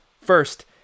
First